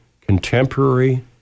contemporary